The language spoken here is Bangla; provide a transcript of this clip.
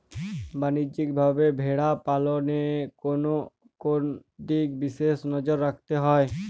বাণিজ্যিকভাবে ভেড়া পালনে কোন কোন দিকে বিশেষ নজর রাখতে হয়?